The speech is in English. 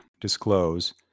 disclose